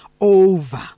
over